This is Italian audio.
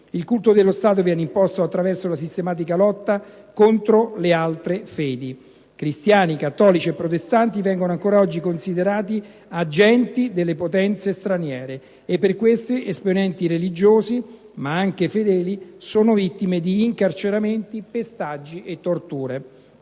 Il culto dello Stato viene imposto attraverso la sistematica lotta contro le altre fedi. I cristiani, cattolici e protestanti, vengono ancora considerati agenti delle potenze straniere e per questo motivo esponenti religiosi, ma anche fedeli, sono vittime di incarceramenti, pestaggi e torture.